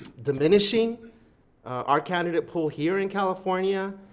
diminishing our candidate pool here in california,